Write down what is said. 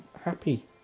happy